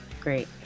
great